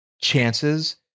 chances